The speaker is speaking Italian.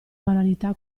banalità